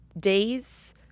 days